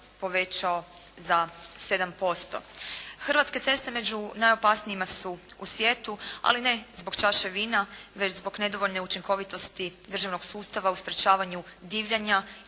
povećao za 7%. Hrvatske ceste među najopasnijima su u svijetu ali ne zbog čaše vina nego zbog nedovoljne učinkovitosti državnog sustava u sprječavanju divljanja